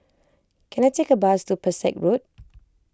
can I take a bus to Pesek Road